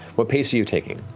what pace are you taking?